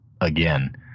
Again